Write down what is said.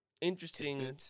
interesting